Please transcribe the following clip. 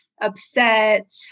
upset